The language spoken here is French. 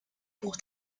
pour